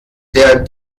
der